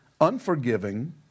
unforgiving